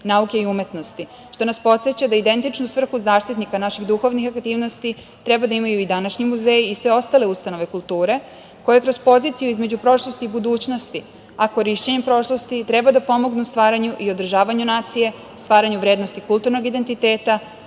nauke i umetnosti, što nas podseća da identičnu svrhu zaštitnika naših duhovnih aktivnosti treba da imaju i današnji muzeji i sve ostale ustanove kulture, koje kroz poziciju između prošlosti i budućnosti, a korišćenjem prošlosti, treba da pomognu stvaranju i održavanju nacije, stvaranju vrednosti kulturnog identiteta